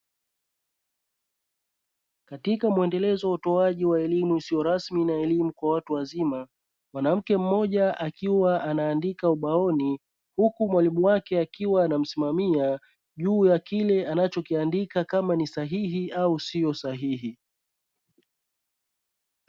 Katika muendelezo wa utoaji wa elimu isio rasmi na kwa watu wazima, mwanamke mmoja akiwa anaandika ubaoni huku mwalimu wake akiwa anamsimamia juu ya kile anachokiandika kama ni sahihi au sio sahihi.